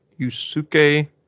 Yusuke